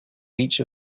each